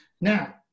Now